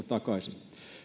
takaisin